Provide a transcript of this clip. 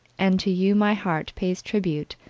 and to you my heart pays tribute.